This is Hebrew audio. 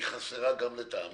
היא חסרה גם לטעמי.